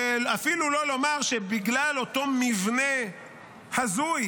אפילו לא לומר שבגלל אותו מבנה הזוי